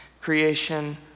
Creation